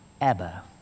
Abba